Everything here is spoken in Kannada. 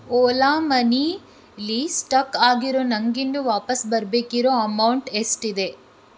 ಓಲಾ ಮನಿ ಲಿ ಸ್ಟಕ್ ಆಗಿರೋ ನನಗಿನ್ನೂ ವಾಪಸ್ಸು ಬರಬೇಕಿರೋ ಅಮೌಂಟ್ ಎಷ್ಟಿದೆ